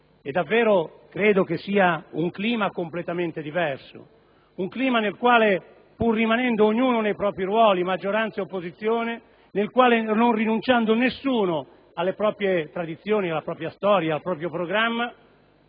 davvero un clima completamente diverso, un clima nel quale, pur rimanendo ognuno nei propri ruoli di maggioranza e opposizione, pur non rinunciando nessuno alle proprie tradizioni, alla propria storia, al proprio programma,